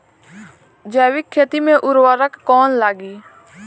जैविक खेती मे उर्वरक कौन लागी?